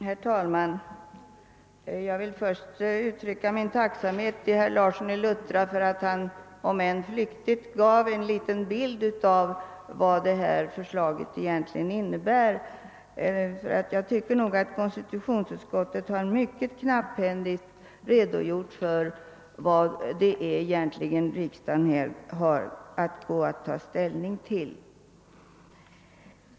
Herr talman! Jag vill först uttrycka min tacksamhet till herr Larsson i Luttra för att han, om än flyktigt, gav en bild av vad detta förslag egentligen innebär. Jag tycker nog att konstitutionsutskottet mycket knapphändigt redogjort för vad det är riksdagen har att ta ställning till.